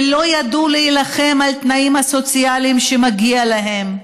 ולא ידעו להילחם על התנאים הסוציאליים שמגיעים להם.